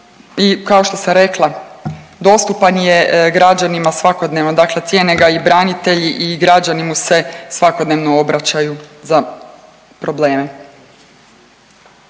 i kao što sam rekla dostupan je građanima svakodnevno, dakle cijene ga i branitelji i građani mu se svakodnevno obraćaju za probleme.